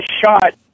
shot